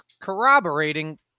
corroborating